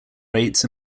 rates